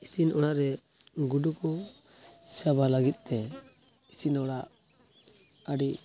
ᱤᱥᱤᱱ ᱚᱲᱟᱜ ᱨᱮ ᱜᱩᱰᱩ ᱠᱚ ᱪᱟᱵᱟ ᱞᱟᱹᱜᱤᱫ ᱛᱮ ᱤᱥᱤᱥᱱ ᱚᱲᱟᱜ ᱟᱹᱰᱤ